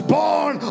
born